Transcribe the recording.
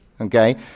Okay